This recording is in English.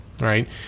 Right